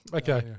okay